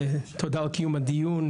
תודה על קיום הדיון,